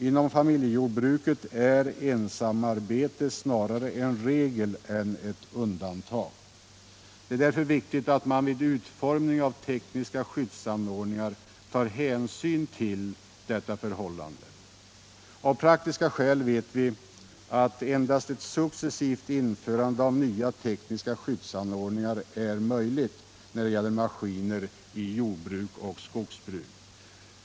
Inom familjejordbruket är ensamarbete snarare en regel än ett undantag. Det är därför viktigt att man vid utformning av tekniska skyddsanordningar tar hänsyn till detta förhållande. Vi vet att av praktiska skäl endast ett successivt införande av nya tekniska skyddsanordningar är möjligt när det gäller maskiner i jordbruk och skogsbruk.